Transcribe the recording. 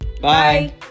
Bye